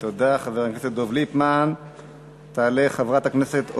תודה, חבר הכנסת דב ליפמן.